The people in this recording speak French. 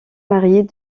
mariée